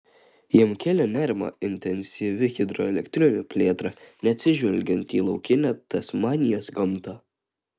jam kėlė nerimą intensyvi hidroelektrinių plėtra neatsižvelgiant į laukinę tasmanijos gamtą